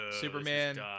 superman